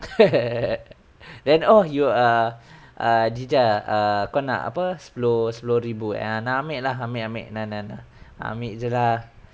then oh you err err tidak err err kau nak apa sepuluh sepuluh ribu ah nah ambil lah ambil ambil ambil nah nah nah ambil jer lah